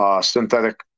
synthetic